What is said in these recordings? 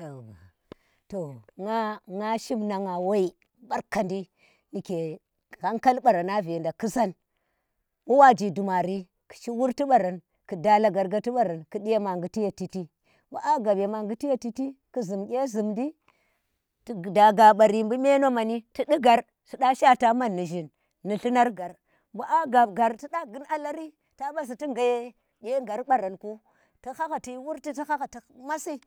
yauwa to nga nga shin na nga woi barkadi ndike hankal barana venda kusan, bu waji dumari kushi wurti baran ku da lagarkati baran ku di yema giti ye chiti bu a ghab ye magiti ye chiti ki zhum jye zhum chiti da gabari bu me ohai ti da shaata ma i ghi lluar ghar bu a gab ghar ti du ghu a lariti. da basi ti gha ye ghegharku baraku ti hah ga ti shi wurti, ti hahga ti masi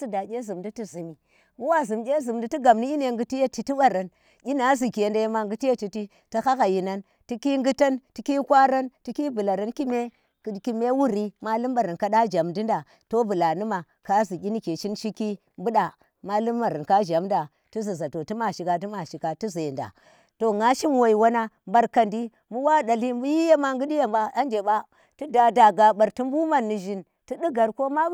ti da kye zumdi ti zhumi bu wa zhum kye zhumdi ti gab i kyie ghuti ye chiti waram gi a ziki ye ma ghuti ye chiti waram tiki ghuta tiki qara, ti la bulara kime wuri malum wara kada jam dida to bu la uma? kazi layi ike chi shiki buda. malum ware ka jam da, ti ziza to tuma shi ka, tua shi ka ti ze da. to nga shin woi wanang mbarkandi bu wa dalti bu yi yema ghut yeba anje ba tu da da gabar tu bu man ni ghin ti di ghar ko ma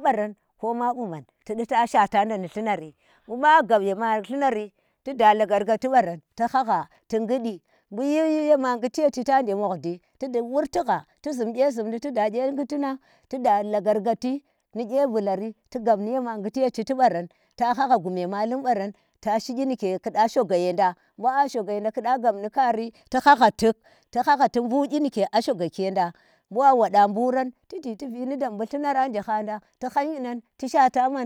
baran ko mabi man tidi ta shwata nda ni llinari, bu magab yeka llinari tida lagargati bareh ti han g ti ghidi, bu yi yema ghiti ye huta inje muledi ti di wurti ha ti zhum ti da kye ghiti nan. tida le garkati ti, ni kye bulari ti gab ni yema ghiti ye chiti buran, to hang a gume makum, barah tashi kyi ne ge kida shoga yenda. ti gabni ka ri ti hahha tik, ti huhhja ti buu kyi nike a shoga ki yenda. bu wa wanda buran tiji ti vini dam, bu llunara nje handa ti han yinan ti shaata ngan.